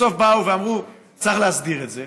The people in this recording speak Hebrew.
בסוף באו ואמרו: צריך להסדיר את זה.